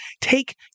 take